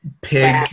pig